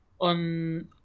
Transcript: on